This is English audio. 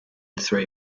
three